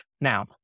Now